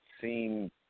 seen